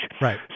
Right